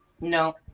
No